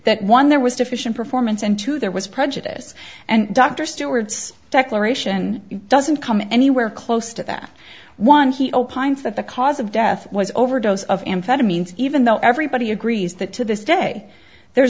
that one there was deficient performance and two there was prejudice and dr stewart's declaration doesn't come anywhere close to that one he opined that the cause of death was overdose of amphetamines even though everybody agrees that to this day there's